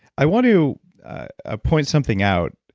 i want to ah point something out.